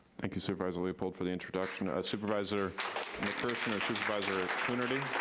thank you, supervisor leopold, for the introduction. supervisor mcpherson or supervisor coonerty?